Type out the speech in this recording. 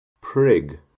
prig